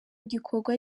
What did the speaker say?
gikorwa